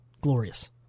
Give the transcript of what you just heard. glorious